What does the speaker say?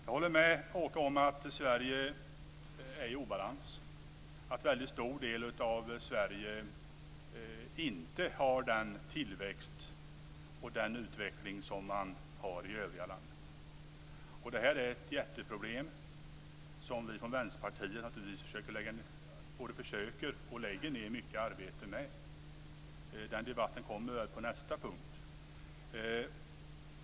Jag håller med Åke om att Sverige är i obalans. En väldigt stor del av Sverige har inte den tillväxt och den utveckling som man har i övriga landet. Detta är ett jätteproblem, som vi från Vänsterpartiet naturligtvis både försöker lägga ned, och lägger ned, mycket arbete på. Den debatten kommer väl under nästa punkt.